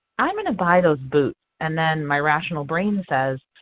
i'm going to buy those boots. and then my rational brain says,